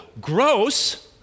gross